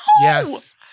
Yes